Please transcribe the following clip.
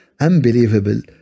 unbelievable